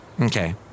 Okay